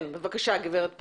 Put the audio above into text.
כן בבקשה גברת פאולה.